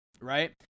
right